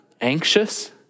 anxious